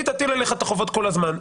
היא תטיל את החובות כל הזמן.